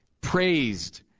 praised